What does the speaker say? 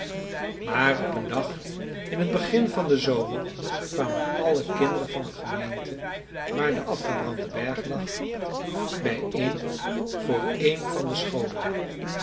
maar op een dag in t begin van den zomer kwamen alle kinderen van de gemeente waar de afgebrande berg lag bijeen voor een van de scholen